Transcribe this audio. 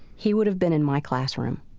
he would have been in my classroom,